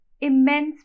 immense